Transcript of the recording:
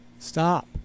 Stop